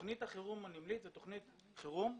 תוכנית החירום הנמלית היא תוכנית חירום,